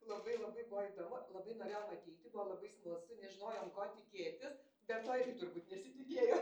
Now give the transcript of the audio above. labai labai buvo įdomu labai norėjom ateiti buvo labai smalsu nežinojom ko tikėtis be to irgi turbūt nesitikėjo